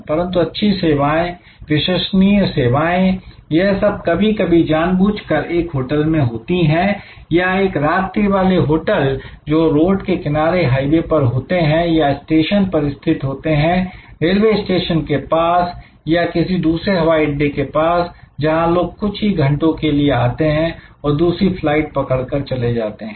परंतु अच्छी सेवाएं विश्वसनीय सेवाएं यह सब कभी कभी जानबूझकर एक होटल में होती हैं या एक रात्रि वाले होटल जो रोड के किनारे हाईवे पर होते हैं या स्टेशन पर स्थित होते हैं रेलवे स्टेशन के पास या किसी दूसरे हवाई अड्डे के पास जहां लोग कुछ ही घंटों के लिए आते हैं और दूसरी फ्लाइट पकड़ कर चले जाते हैं